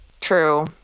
true